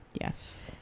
Yes